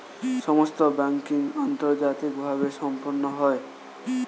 সমস্ত ব্যাংকিং আন্তর্জাতিকভাবে সম্পন্ন হয়